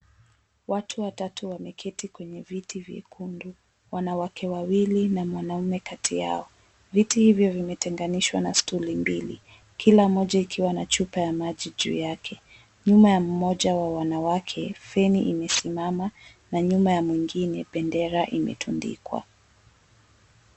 Watu watatu wameketi kwenye viti vyejundu. Wanawake wawili na mwanaume kati yao. Viti hivyo vimetenganishwa na stuli mbili kila moja ikiwa na chupa ya maji juu yake. Nyuma ya mmoja wa wanawake feni imesimama na nyuma ya mwingine bendera imetundikwa.